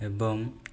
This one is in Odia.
ଏବଂ